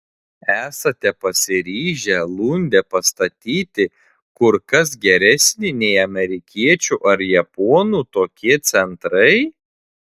esate pasiryžę lunde pastatyti kur kas geresnį nei amerikiečių ar japonų tokie centrai